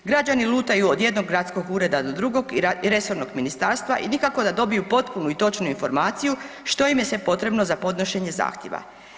Građani lutaju od jednog gradskog ureda do drugog i resornog ministarstva i nikako da dobiju potpunu i točnu informaciju što im je sve potrebno za podnošenje zahtjeva.